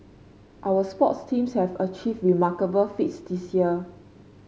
our sports teams have achieved remarkable feats this year